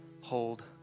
hold